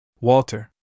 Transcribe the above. Walter